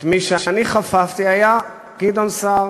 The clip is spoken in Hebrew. מי שאני חפפתי היה גדעון סער,